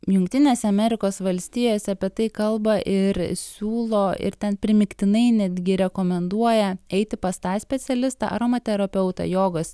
jungtinėse amerikos valstijose apie tai kalba ir siūlo ir ten primygtinai netgi rekomenduoja eiti pas tą specialistą aromaterapeutą jogos